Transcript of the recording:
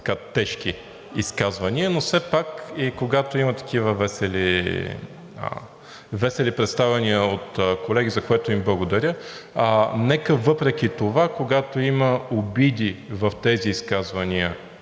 тежки изказвания, но все пак и когато има такива весели представяния от колеги, за което им благодаря, нека въпреки това, когато има обиди в тези изказвания